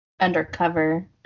Undercover